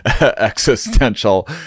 existential